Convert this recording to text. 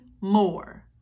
more